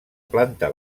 planta